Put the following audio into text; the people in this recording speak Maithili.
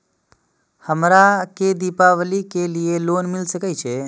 हमरा के दीपावली के लीऐ लोन मिल सके छे?